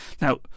Now